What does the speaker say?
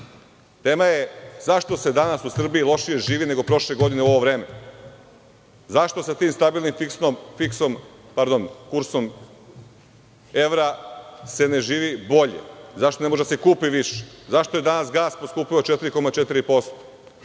tema je zašto se danas u Srbiji lošije živi nego prošle godine u ovo vreme, zašto se tim stabilnim kursom evra ne živi bolje? Zašto ne može da se kupi više? Zašto je danas gas poskupeo od 4,4%?